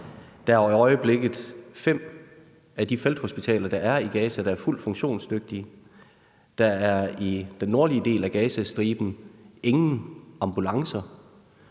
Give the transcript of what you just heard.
Der er i øjeblikket fem af de felthospitaler, der er i Gaza, der er fuldt funktionsdygtige. Der er i den nordlige del af Gazastriben ingen ambulancer.